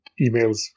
emails